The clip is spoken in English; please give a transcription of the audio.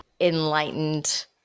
enlightened